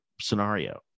scenario